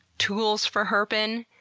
tools for herpin',